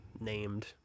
named